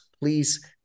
Please